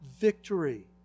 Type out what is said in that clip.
victory